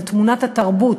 על תמונת התרבות,